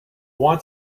want